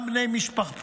גם בני משפחתו,